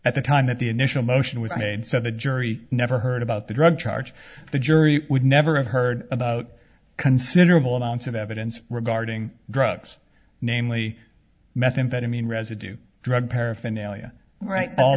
at the time that the initial motion was made so the jury never heard about the drug charge the jury would never have heard about considerable amounts of evidence regarding drugs namely methamphetamine residue drug paraphernalia all right all